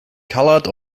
colored